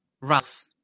Ralph